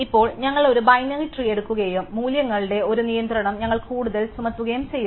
ഇപ്പോൾ ഞങ്ങൾ ഒരു ബൈനറി ട്രീ എടുക്കുകയും മൂല്യങ്ങളുടെ ഒരു നിയന്ത്രണം ഞങ്ങൾ കൂടുതൽ ചുമത്തുകയും ചെയ്യുന്നു